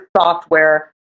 software